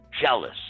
jealous